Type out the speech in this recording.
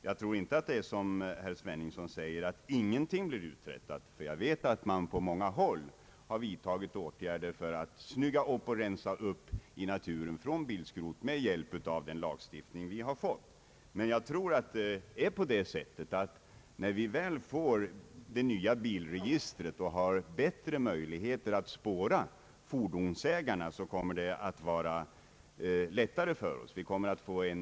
Jag tror emellertid att man skall vara realistisk nog att säga att detta fortfarande är en ekonomisk fråga, där de ekonomiska faktorerna kanske i viss mån spelar den rollen att man på det lokala planet inte tar de initiativ som vi i och för sig skulle önska. Men när vi väl får det nya bilregistret och därigenom har bättre möjligheter att spåra fordonsägarna kommer det att vara lättare för oss.